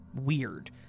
weird